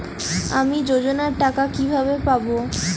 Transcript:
আমি যোজনার টাকা কিভাবে পাবো?